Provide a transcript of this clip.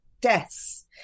deaths